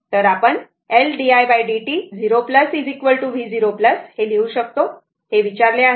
तर आपण L di dt 0 v0 हे लिहू शकतो जे विचारले आहे